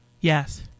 Yes